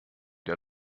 der